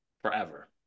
forever